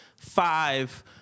five